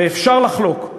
ואפשר לחלוק.